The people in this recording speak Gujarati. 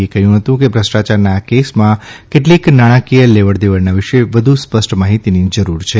એ કહ્યું હતું કે ભ્રષ્ટાયારના આ કેસમાં કેટલીક નાણાકીય લેવડદેવડના વિષયે વધુ સા ષ્ટ માહિતીની જરૂર છે